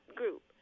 group